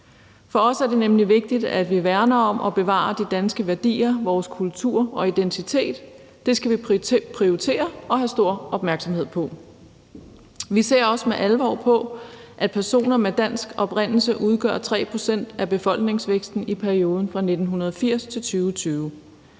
For os er det nemlig vigtigt, at vi værner om og bevarer de danske værdier, vores kultur og identitet. Det skal vi prioritere og have stor opmærksomhed på. Vi ser også med alvor på, at personer med dansk oprindelse udgør 3 pct. af befolkningstilvæksten i perioden fra 1980 til 2020.